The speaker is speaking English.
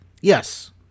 Yes